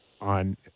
on